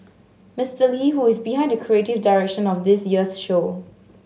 Mister Lee who is behind the creative direction of this year's show